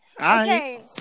Okay